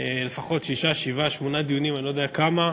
לפחות שישה-שבעה-שמונה דיונים, אני לא יודע כמה.